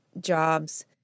jobs